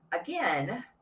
again